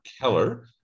Keller